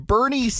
Bernie